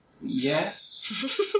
Yes